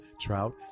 trout